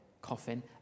coffin